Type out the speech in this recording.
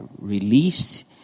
released